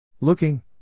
Looking